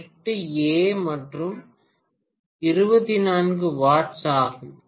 8 A மற்றும் 24 watts ஆகும்